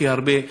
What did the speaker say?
הכי הרבה.